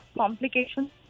complications